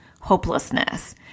hopelessness